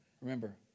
Remember